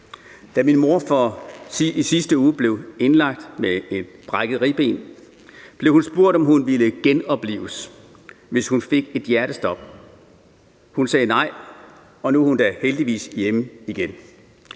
Da min mor i sidste uge blev indlagt med et brækket ribben, blev hun spurgt, om hun ville genoplives, hvis hun fik et hjertestop. Hun sagde nej, og nu er hun da heldigvis hjemme igen.